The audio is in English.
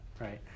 right